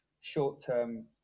short-term